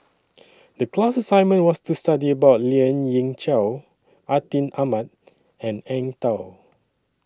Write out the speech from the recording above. The class assignment was to study about Lien Ying Chow Atin Amat and Eng Tow